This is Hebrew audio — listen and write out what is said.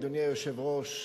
אדוני היושב-ראש,